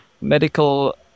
medical